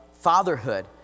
fatherhood